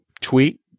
tweet